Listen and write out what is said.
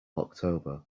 october